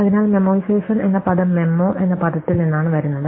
അതിനാൽ മെമ്മോയിസേഷൻ എന്ന പദം മെമ്മോ എന്ന പദത്തിൽ നിന്നാണ് വരുന്നത്